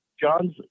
John's